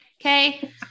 Okay